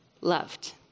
loved